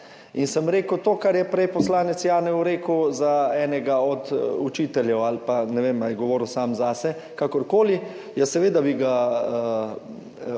In sem rekel to, kar je prej poslanec Janev rekel za enega od učiteljev ali pa ne vem, ali je govoril sam zase, kakorkoli. Ja seveda bi ga pozdravil